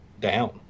down